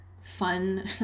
fun